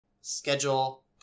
schedule